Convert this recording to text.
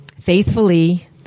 Faithfully